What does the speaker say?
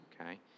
okay